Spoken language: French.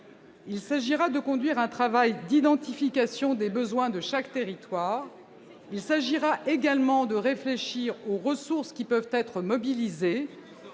Il s'agira de conduire un travail d'identification des besoins de chaque territoire. Il s'agira également de réfléchir aux ressources qui peuvent être mobilisées.